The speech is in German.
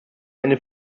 eine